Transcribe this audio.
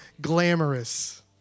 glamorous